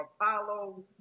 Apollo